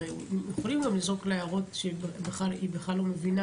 הרי הם יכולים גם לזרוק לה הערות שהיא בכלל לא מבינה,